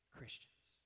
Christians